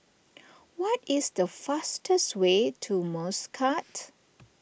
what is the fastest way to Muscat